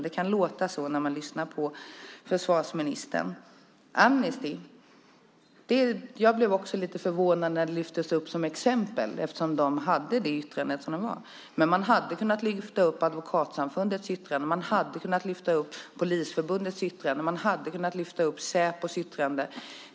Det kan låta så när man lyssnar på försvarsministern. Också jag blev lite förvånad när Amnesty lyftes fram som ett exempel med tanke på deras yttrande. Däremot hade man kunnat lyfta fram Advokatsamfundets, Polisförbundets och Säpos yttranden.